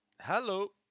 Hello